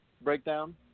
breakdown